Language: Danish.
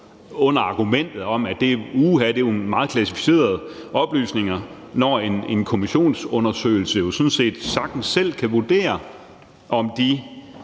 under argumentet om, at, uha, det er nogle meget klassificerede oplysninger, når en kommissionsundersøgelse jo sådan set sagtens selv kan vurdere, om de